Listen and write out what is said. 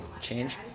change